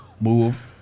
Move